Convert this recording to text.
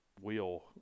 wheel